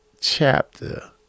chapter